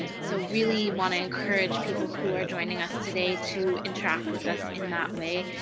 so really wanna encourage people who are joining us today to interact with us in that way.